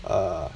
err